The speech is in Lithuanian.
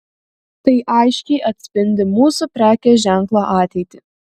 tai aiškiai atspindi mūsų prekės ženklo ateitį